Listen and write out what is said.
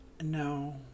No